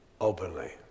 openly